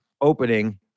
opening